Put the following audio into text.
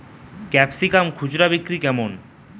Capsicum খুচরা বিক্রি কেমন?